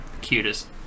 cutest